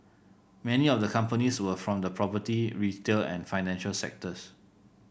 many of the companies were from the property retail and financial sectors